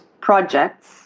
projects